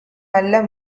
நல்ல